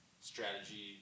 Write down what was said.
strategy